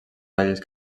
velles